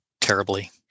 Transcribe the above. terribly